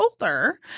older